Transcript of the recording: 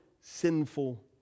sinful